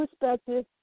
perspective